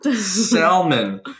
salmon